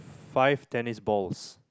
five tennis balls